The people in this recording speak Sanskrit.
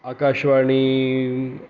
आकाशवाणीं